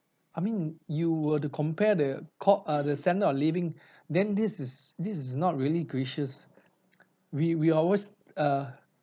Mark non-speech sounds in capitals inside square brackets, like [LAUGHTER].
I mean you were to compare the co~ err the standard of living [BREATH] then this is this is not really gracious we we always err